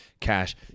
cash